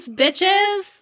bitches